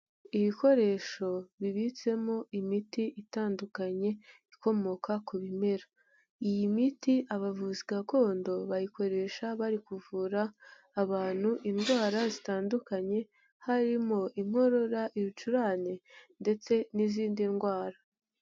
Ibikoresho bibitsemo imiti itandukanye, ikomoka ku bimera. Iyi miti abavuzi gakondo, bayikoresha bari kuvura abantu indwara zitandukanye, harimo inkorora, ibicurane ndetse n'izindi ndwara.